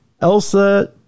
Elsa